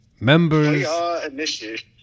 Members